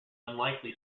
unlikely